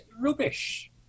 rubbish